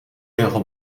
jeho